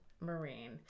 Marine